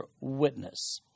witness